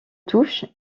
touche